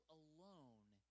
alone